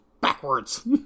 backwards